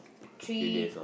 three